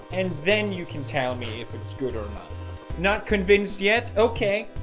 and then you can tell me if it's good or not. not convinced yet? okay,